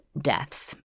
deaths